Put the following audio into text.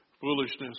foolishness